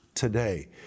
Today